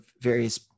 various